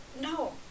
no